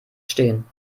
stehen